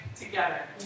together